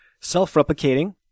Self-replicating